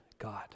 God